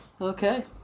Okay